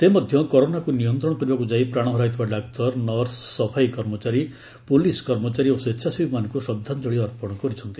ସେ ମଧ୍ୟ କରୋନାକୁ ନିୟନ୍ତ୍ରଣ କରିବାକୁ ଯାଇ ପ୍ରାଣ ହରାଇଥିବା ଡାକ୍ତର ନର୍ସ ସଫାଇ କର୍ମଚାରୀ ପୁଲିସ କର୍ମଚାରୀ ଓ ସ୍ୱେଚ୍ଚାସେବୀମାନଙ୍କୁ ଶ୍ରଦ୍ଧାଞ୍ଜଳି ଅର୍ପଣ କରିଛନ୍ତି